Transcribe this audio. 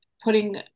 putting